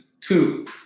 two